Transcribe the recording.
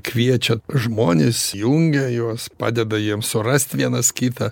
kviečia žmones jungia juos padeda jiems surast vienas kitą